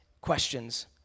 questions